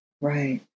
Right